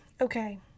Okay